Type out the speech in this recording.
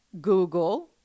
Google